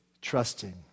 trusting